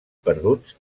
perduts